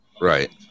Right